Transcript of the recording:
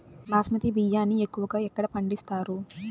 బాస్మతి బియ్యాన్ని ఎక్కువగా ఎక్కడ పండిస్తారు?